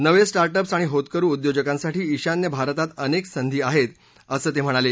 नवे startups आणि होतकरू उद्योजकांसाठी ईशान्य भारतात अनेक संधी आहेत असं ते म्हणाले